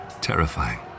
terrifying